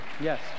Yes